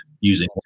using